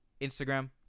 Instagram